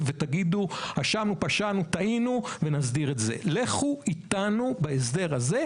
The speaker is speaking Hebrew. אנחנו נסדיר את זה לחיילי צה"ל,